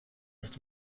ist